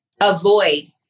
avoid